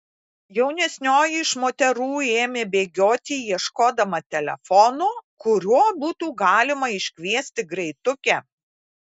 jaunesnioji iš moterų ėmė bėgioti ieškodama telefono kuriuo būtų galima iškviesti greitukę